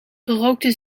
gerookte